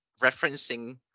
referencing